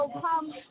come